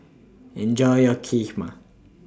Enjoy your Kheema